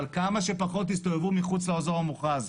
כמה שפחות יסתובבו מחוץ לאזור המוכרז.